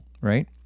right